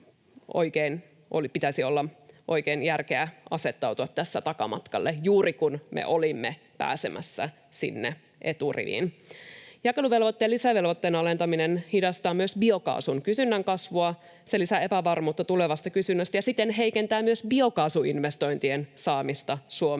eikä meidän ole järkevää asettautua tässä takamatkalle, juuri kun me olimme pääsemässä sinne eturiviin. Jakeluvelvoitteen lisävelvoitteen alentaminen hidastaa myös biokaasun kysynnän kasvua. Se lisää epävarmuutta tulevasta kysynnästä ja siten heikentää myös biokaasuinvestointien saamista Suomeen,